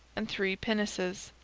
and three pinnaces.